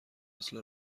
مثل